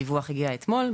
הדיווח הגיע אתמול,